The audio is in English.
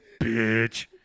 Bitch